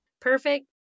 perfect